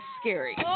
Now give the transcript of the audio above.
scary